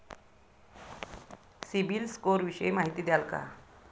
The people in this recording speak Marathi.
सिबिल स्कोर विषयी माहिती द्याल का?